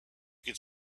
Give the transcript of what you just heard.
could